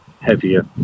heavier